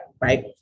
right